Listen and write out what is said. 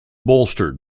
bolstered